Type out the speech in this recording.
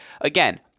again